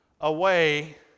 away